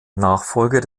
nachfolger